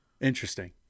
Interesting